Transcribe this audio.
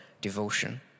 devotion